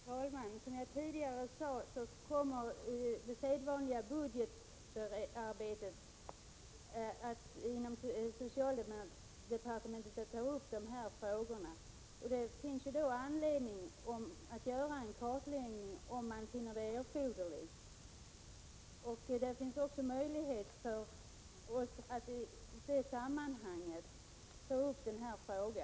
Herr talman! Som jag tidigare sade kommer man vid det sedvanliga budgetarbetet inom socialdepartementet att ta upp dessa frågor. Det finns då anledning att göra en kartläggning om man finner det erforderligt. Det finns också möjlighet för oss att i det sammanhanget ta upp denna fråga.